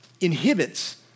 inhibits